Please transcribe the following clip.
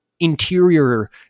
interior